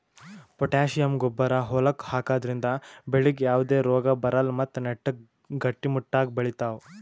potassium ಗೊಬ್ಬರ್ ಹೊಲಕ್ಕ್ ಹಾಕದ್ರಿಂದ ಬೆಳಿಗ್ ಯಾವದೇ ರೋಗಾ ಬರಲ್ಲ್ ಮತ್ತ್ ನೆಟ್ಟಗ್ ಗಟ್ಟಿಮುಟ್ಟಾಗ್ ಬೆಳಿತಾವ್